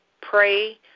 pray